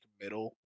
middle